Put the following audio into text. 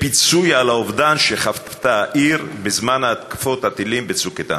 כפיצוי על האובדן שחוותה העיר בזמן התקפות הטילים ב"צוק איתן"?